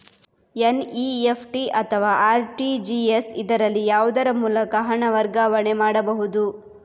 NEFT ಅಥವಾ RTGS, ಇದರಲ್ಲಿ ಯಾವುದರ ಮೂಲಕ ಹಣ ವರ್ಗಾವಣೆ ಮಾಡಬಹುದು?